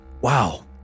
wow